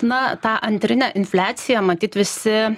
na tą antrinę infliaciją matyt visi